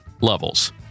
levels